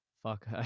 Fuck